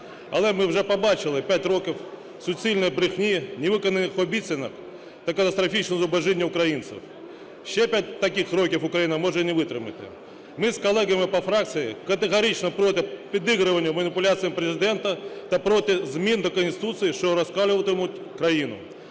Але ми вже побачили 5 років суцільної брехні, невиконаних обіцянок та катастрофічного зубожіння українців. Ще 5 таких років Україна може й не витримати. Ми з колегами по фракції категорично проти підігруванню маніпуляціям Президента та проти змін до Конституції, що розколюватимуть країну.